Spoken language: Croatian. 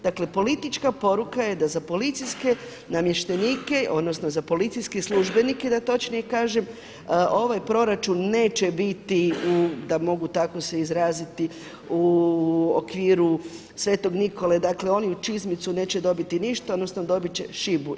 Dakle politička poruka je da za policijske namještenike odnosno za policijske službenike da točnije kažem ovaj proračun neće biti tako mogu tako se izraziti u okviru Svetog Nikole, dakle oni u čizmicu neće dobiti ništa, odnosno dobit će šibu.